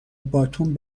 باتوم